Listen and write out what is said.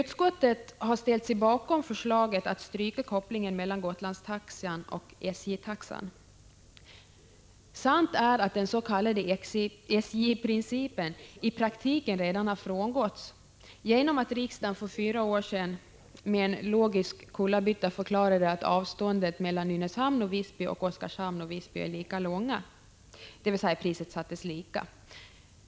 Utskottet har ställt sig bakom förslaget att stryka kopplingen mellan Gotlandstaxan och SJ-taxan. Sant är att den s.k. SJ-principen i praktiken redan frångåtts genom att riksdagen för fyra år sedan med en logisk kullerbytta förklarade att avstånden Oskarshamn-Visby och Nynäshamn Visby är lika långa — dvs. priset sattes lika.